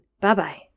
Bye-bye